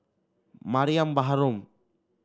Mariam Baharom